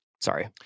Sorry